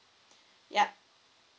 yup